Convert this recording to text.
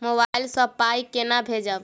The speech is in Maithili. मोबाइल सँ पाई केना भेजब?